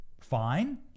Fine